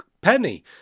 Penny